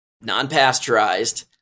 non-pasteurized